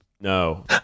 no